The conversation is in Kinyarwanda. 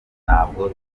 ntabwo